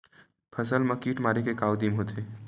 फसल मा कीट मारे के का उदिम होथे?